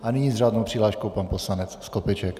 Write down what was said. A nyní s řádnou přihláškou pan poslanec Skopeček.